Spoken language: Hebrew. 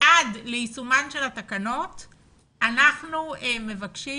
שעד ליישומן של התקנות אנחנו מבקשים